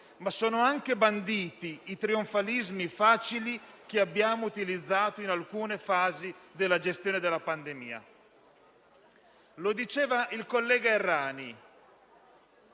ma sono anche banditi i facili trionfalismi che abbiamo utilizzato in alcune fasi della gestione della pandemia. Come diceva il collega Errani,